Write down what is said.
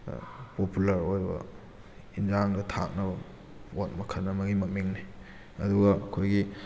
popular ꯑꯣꯏꯕ ꯏꯟꯖꯥꯡꯗ ꯊꯥꯛꯅꯕ ꯄꯣꯠ ꯃꯈꯟ ꯑꯃꯒꯤ ꯃꯃꯤꯡꯅꯤ ꯑꯗꯨꯒ ꯑꯩꯈꯣꯏꯒꯤ